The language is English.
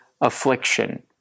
affliction